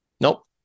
nope